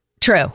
true